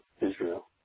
Israel